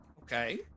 Okay